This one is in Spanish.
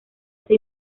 esa